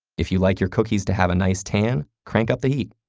if you like your cookies to have a nice tan, crank up the heat.